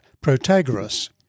Protagoras